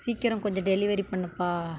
சீக்கிரம் கொஞ்சம் டெலிவரி பண்ணுப்பா